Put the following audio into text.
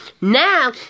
Now